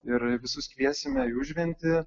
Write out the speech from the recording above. ir visus kviesime į užventį